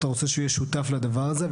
אתה רוצה שהוא יהיה שותף לדבר הזה,